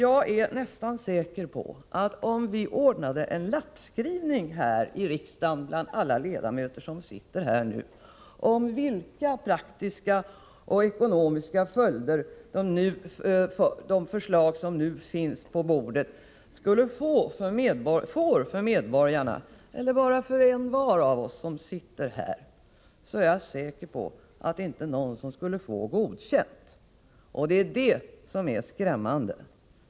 Jag är nästan säker på att om vi ordnade en lappskrivning bland alla ledamöter som sitter här i riksdagen angående vilka praktiska, ekonomiska följder de förslag som nu finns på riksdagens bord får för medborgarna — eller bara för envar av oss som sitter här — då är jag säker på att det inte är någon som skulle få godkänt. Det är det som är skrämmande.